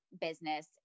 business